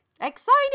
exciting